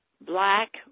black